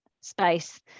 space